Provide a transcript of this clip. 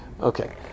Okay